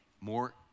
more